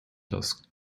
das